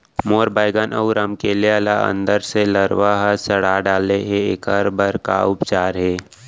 मोर बैगन अऊ रमकेरिया ल अंदर से लरवा ह सड़ा डाले हे, एखर बर का उपचार हे?